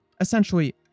Essentially